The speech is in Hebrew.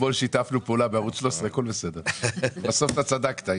אתמול שיתפנו פעולה בערוץ 13. בסוף אתה צדקת.